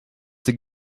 this